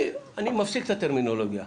אני מפסיק את הטרמינולוגיה.